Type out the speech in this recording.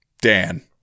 Dan